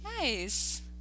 Nice